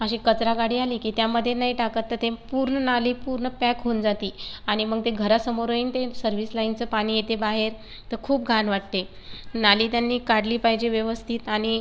अशी कचरागाडी आली की त्यामध्ये नाही टाकत तर ते पूर्ण नाली पूर्ण पॅक होऊन जाते आणि मग ते घरासमोर यीन् ते सर्विस लाईनचं पाणी येते बाहेर तर खूप घाण वाटते नाली त्यांनी काढली पाहिजे व्यवस्थित आणि